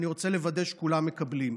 אני רוצה לוודא שכולם מקבלים,